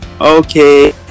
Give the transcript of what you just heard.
Okay